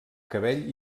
cabell